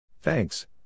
Thanks